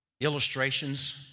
illustrations